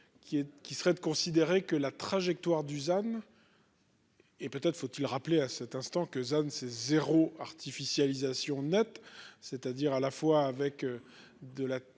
qui serait de considérer que la trajectoire Dusan. Et peut-être faut-il rappeler à cet instant que zone C zéro artificialisation nette, c'est-à-dire à la fois avec de la,